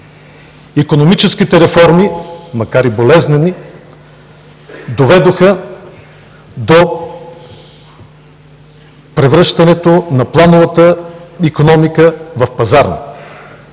Икономическите реформи, макар и болезнени, доведоха до превръщането на плановата икономика в пазарна.